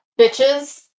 bitches